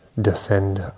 defend